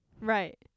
Right